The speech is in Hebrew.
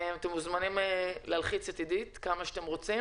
אתם מוזמנים להלחיץ את עידית חנוכה כמה שאתם רוצים